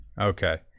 Okay